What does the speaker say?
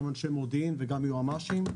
גם אנשי מודיעין וגם יועצים משפטיים.